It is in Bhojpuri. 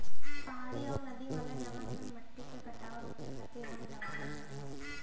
पहाड़ी आउर नदी वाला जगह पे मट्टी के कटाव रोके खातिर वन लगावल जाला